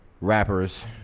rappers